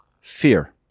fear